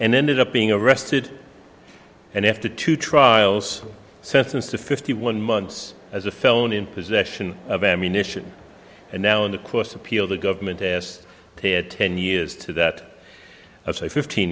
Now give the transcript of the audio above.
and ended up being arrested and after two trials sentenced to fifty one months as a felon in possession of ammunition and now in the course appeal the government has had ten years to that of say fifteen